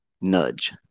nudge